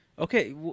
Okay